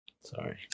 Sorry